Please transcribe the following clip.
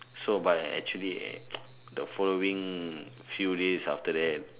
so but actually the following few days after that